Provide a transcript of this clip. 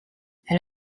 elle